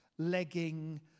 Legging